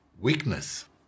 weakness